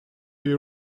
you